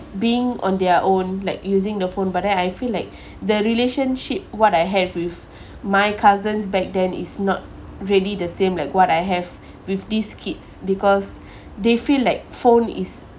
being on their own like using the phone but then I feel like the relationship what I have with my cousins back then is not really the same like what I have with these kids because they feel like phone is